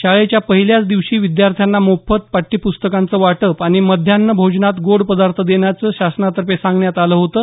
शाळेच्या पहिल्याच दिवशी विद्यार्थ्यांना मोफत पाठ्यप्स्तकांचं वाटप आणि माध्यान्ह भोजनात गोड पदार्थ देण्याचं शासनातर्फे सांगण्यात आलं होतं